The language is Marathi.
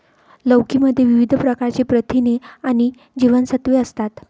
लौकी मध्ये विविध प्रकारची प्रथिने आणि जीवनसत्त्वे असतात